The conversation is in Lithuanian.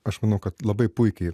aš manau kad labai puikiai